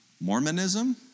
Mormonism